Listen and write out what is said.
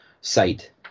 site